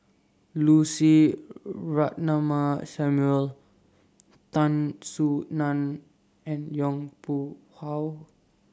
Lucy Ratnammah Samuel Tan Soo NAN and Yong Pung How